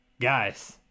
Guys